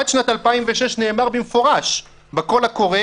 עד שנת 2006 נאמר במפורש בקול הקורא